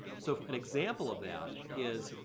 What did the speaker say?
so an example of that is,